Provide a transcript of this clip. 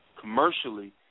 commercially